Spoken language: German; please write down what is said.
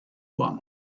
bahn